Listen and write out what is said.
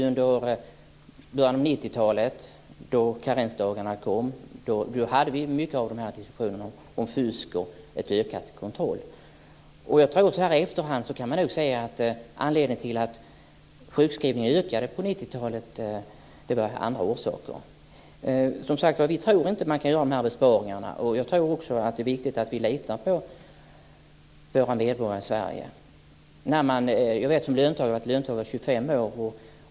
Under början av 90-talet, då karensdagarna kom, hade vi många diskussioner om fusk och om en ökad kontroll. Så här i efterhand kan man se att anledningen till att sjukskrivningarna ökade på 90-talet hade andra orsaker. Som sagt var: Vi tror inte att man kan göra de här besparingarna. Jag tror också att det är viktigt att vi litar på våra medborgare i Sverige. Jag har varit löntagare i 25 år.